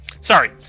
sorry